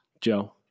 Joe